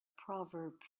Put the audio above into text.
proverb